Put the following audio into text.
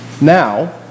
now